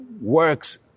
works